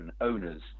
owners